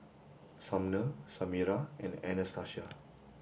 Sumner Samira and Anastacia